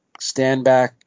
Standback